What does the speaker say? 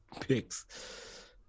picks